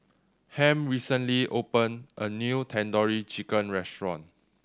Ham recently opened a new Tandoori Chicken Restaurant